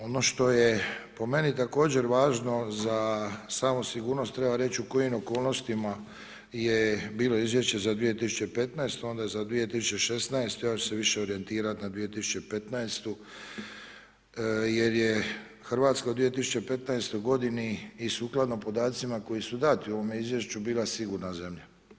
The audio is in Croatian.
Ono što je po meni također važno za samu sigurnost, treba reći u kojim okolnostima je bilo izvješće za 2015. onda za 2016. ja ću se više orijentirati na 2015. jer je Hrvatska u 2015. g. i sukladno podacima koji su dati u ovome izvješću bila sigurna zemlja.